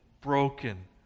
broken